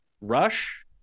Rush